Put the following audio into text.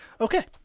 Okay